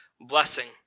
blessing